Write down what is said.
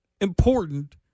important